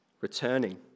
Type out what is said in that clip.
returning